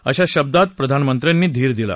अशा शब्दात प्रधानमंत्र्यांनी धीर दिला